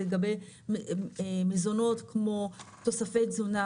זה לגבי מזונות כמו תוספי תזונה,